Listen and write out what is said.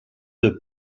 deux